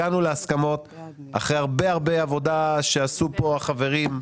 הגענו להסכמות אחרי הרבה הרבה עבודה שעשו פה החברים.